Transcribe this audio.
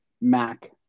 Mac